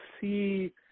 see